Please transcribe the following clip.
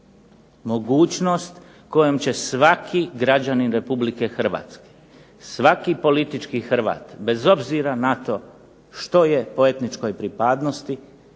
mogućnost kojom će svaki građanin RH, svaki politički Hrvat bez obzira na to što je po etničkoj pripadnosti